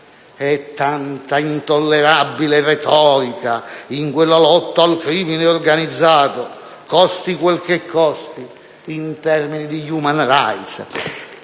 e tanta intollerabile retorica in quella lotta al crimine organizzato costi quel che costi in termini di *human rights*?